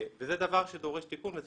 וזה דבר שדורש תיקון.